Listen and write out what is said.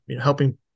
helping